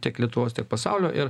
tiek lietuvos tiek pasaulio ir